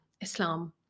Islam